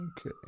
Okay